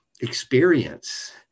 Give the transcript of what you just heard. experience